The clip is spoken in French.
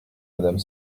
madame